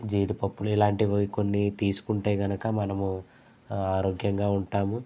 జీడిపప్పులు ఇలాంటివి కొన్ని తీసుకుంటే గనక మనము ఆరోగ్యంగా ఉంటాము